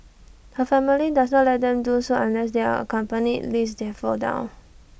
her family does not let them do so unless they are accompanied lest they fall down